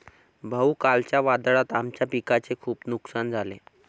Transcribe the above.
भाऊ, कालच्या वादळात आमच्या पिकाचे खूप नुकसान झाले